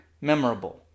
memorable